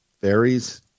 Fairies